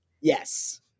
yes